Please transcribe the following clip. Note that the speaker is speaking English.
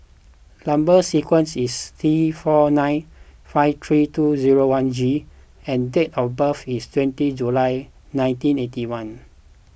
Number Sequence is T four nine five three two zero one G and date of birth is twenty July nineteen eighty one